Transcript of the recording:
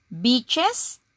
beaches